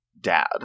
dad